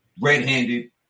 red-handed